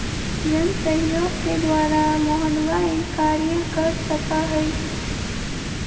जनसहयोग के द्वारा मोहनवा ई कार्य कर सका हई